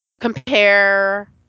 compare